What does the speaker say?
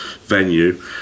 venue